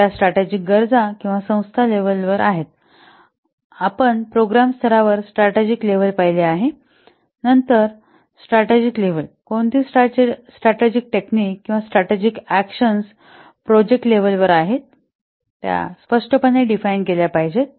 तर या स्ट्रॅटजिक गरजा किंवा संस्था लेव्हल आहेत आपण प्रोग्राम स्तरावर स्ट्रॅटेजिक लेव्हल पाहिली आहे नंतर स्ट्रॅटजिक लेव्हल कोणती स्ट्रॅटेजिक टेक्निक किंवा स्ट्रॅटेजिक अकॅशन्स प्रोजेक्ट लेव्हलवर आहेत त्या स्पष्टपणे डिफाइन केल्या पाहिजेत